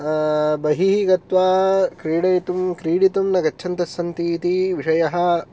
बहिः गत्वा क्रीडयितुं क्रीडितुं न गच्छन्तस्सन्ति इति विषयः